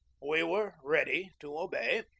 we were ready to obey.